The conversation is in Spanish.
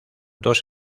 dos